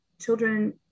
children